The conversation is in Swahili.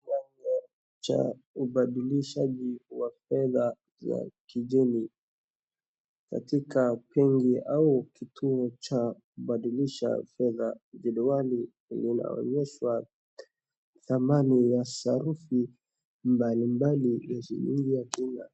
cha ubadilishaji wa fedha za kigeni katika pingi au kituo cha badilisha fedha jedwali zingine huonyeshwa thamani ya sarufi mbalimbali za shilingi ya Kenya.